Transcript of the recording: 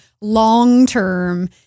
long-term